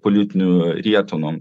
politinių rietenų